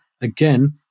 again